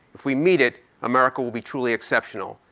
if we meet it, america will be truly exceptional.